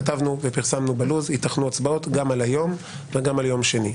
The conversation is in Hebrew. כתבנו ופרסמנו בלו"ז שייתכנו הצבעות גם היום וגם ביום שני.